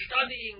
studying